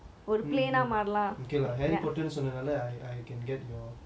mm okay lah harry potter சொன்ன நால:sonna naala I can get your